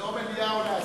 זה או מליאה או להסיר.